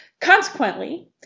Consequently